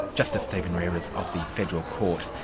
justice steven rares of the federal court.